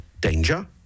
danger